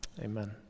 Amen